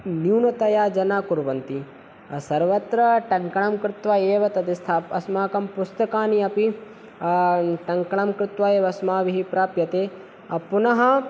न्यूनतया जनाः कुर्वन्ति सर्वत्र टङ्कणं कृत्वा एव तद् स्थाप्य् अस्माकं पुस्तकानि अपि टङ्कणं कृत्वा एव अस्माभिः प्राप्यते पुनः